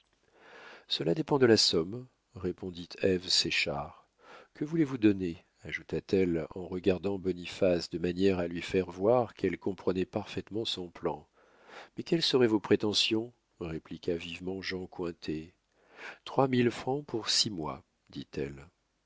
cela dépend de la somme répondit ève séchard que voulez-vous donner ajouta-t-elle en regardant boniface de manière à lui faire voir qu'elle comprenait parfaitement son plan mais quelles seraient vos prétentions répliqua vivement jean cointet trois mille francs pour six mois dit-elle